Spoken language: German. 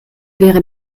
wäre